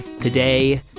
Today